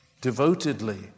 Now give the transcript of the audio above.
devotedly